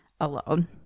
alone